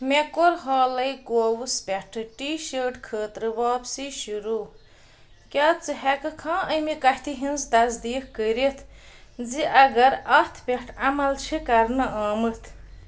مےٚ کوٚر حالے کووُس پٮ۪ٹھٕ ٹی شٲرٹ خٲطرٕ واپسی شروٗع کیاہ ژٕ ہیٚککھا أمہِ کَتھِ ہِنٛز تصدیٖق کٔرتھ زِ اگر اتھ پٮ۪ٹھ عمل چھِ کرنہٕ آمُت